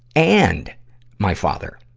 and my father.